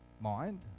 mind